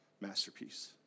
masterpiece